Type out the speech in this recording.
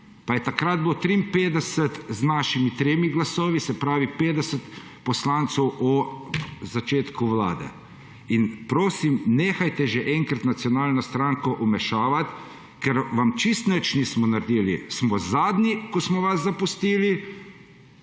Pa je takrat bilo 53 z našimi tremi glasovi, se pravi 50 poslancev o začetku vlade. Prosim, nehajte že enkrat Slovensko nacionalno stranko vmešavati, ker vam čisto nič nismo naredili. Smo zadnji, ki smo vas zapustili,